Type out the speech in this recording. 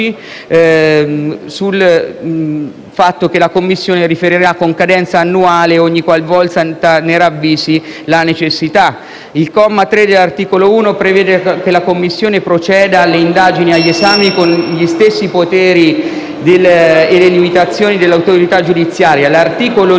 stabilendo che la Commissione riferirà con cadenza annuale e ogniqualvolta ne ravvisi la necessità. L'articolo 1, comma 3, prevede che la Commissione proceda alle indagini e agli esami con gli stessi poteri e le stesse limitazioni dell'autorità giudiziaria. L'articolo 2